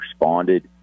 responded